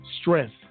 strength